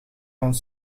van